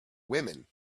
women